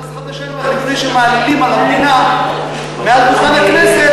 לפני שמעלילים על המדינה מעל דוכן הכנסת,